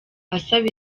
asaba